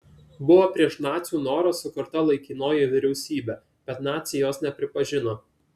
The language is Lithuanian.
buvo prieš nacių norą sukurta laikinoji vyriausybė bet naciai jos nepripažino